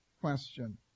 question